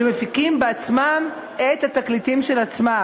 שמפיקים בעצמם את התקליטים של עצמם.